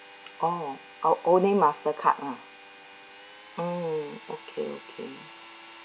oh uh only mastercard lah mm okay okay